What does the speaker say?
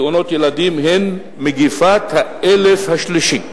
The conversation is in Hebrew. תאונות ילדים הן מגפת האלף השלישי.